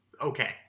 okay